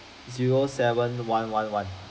zero seven one one one